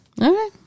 Okay